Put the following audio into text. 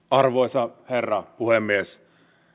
arvoisa herra puhemies